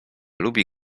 lubi